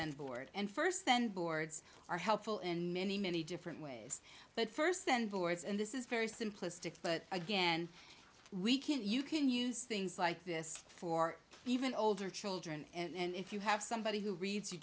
then board and first then boards are helpful in many many different ways but first then boards and this is very simplistic but again we can't you can use things like this for even older children and if you have somebody who reads you